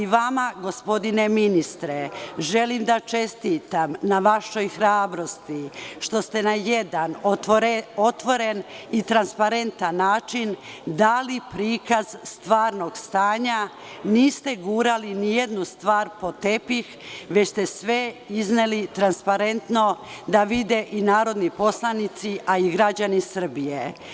Vama, gospodine ministre, želim da čestitam na vašoj hrabrosti, što ste na jedan otvoren i transparentan način dali prikaz stvarnog stanja, niste gurali nijednu stvar pod tepih, već ste sve izneli transparentno, da vide i narodni poslanici, a i građani Srbije.